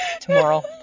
tomorrow